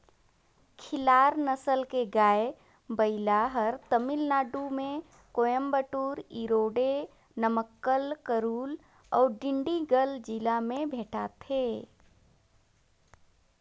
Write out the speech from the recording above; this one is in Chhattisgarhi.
खिल्लार नसल के गाय, बइला हर तमिलनाडु में कोयम्बटूर, इरोडे, नमक्कल, करूल अउ डिंडिगल जिला में भेंटाथे